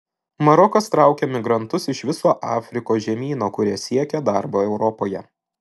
marokas traukia migrantus iš viso afrikos žemyno kurie siekia darbo europoje